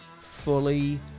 fully